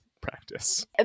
practice